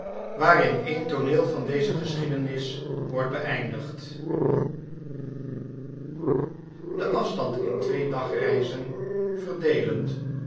waaria een tooneel van deze geschiedenis wordt beeindlgd den afstand in twee dagreizen verdeelend